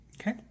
Okay